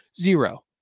zero